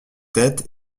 têtes